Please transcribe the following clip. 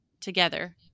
together